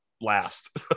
last